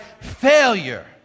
failure